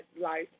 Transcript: life